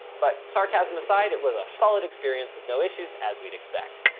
but sarcasm aside, it was a solid experience with no issues as we'd expect.